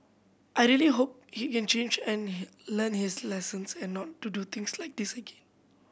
I really hope he can change and he learn his lesson and not to do things like this again